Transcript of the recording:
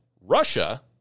Russia